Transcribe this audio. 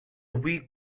weak